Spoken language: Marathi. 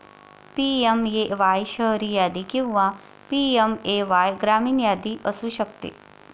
पी.एम.ए.वाय शहरी यादी किंवा पी.एम.ए.वाय ग्रामीण यादी असू शकते